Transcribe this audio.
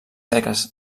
seques